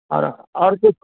और और कुछ